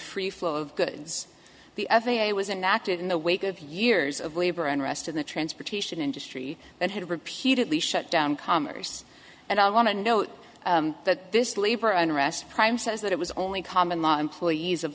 free flow of goods the f a a was enacted in the wake of years of labor unrest in the transportation industry that had repeatedly shut down commerce and i want to note that this labor unrest prime says that it was only common law employees of